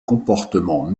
comportement